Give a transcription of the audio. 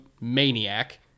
maniac